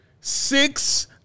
six